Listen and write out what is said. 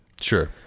Sure